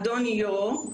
אדון יו,